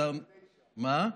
השר מ-2009.